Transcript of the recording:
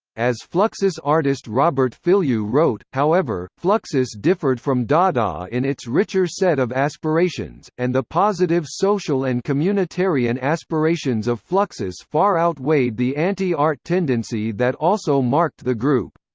as fluxus artist robert filliou wrote, however, fluxus differed from dada in its richer set of aspirations, and the positive social and communitarian aspirations of fluxus far outweighed the anti-art tendency that also marked the group.